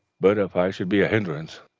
but if i should be a hindrance